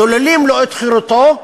שוללים לו את חירותו,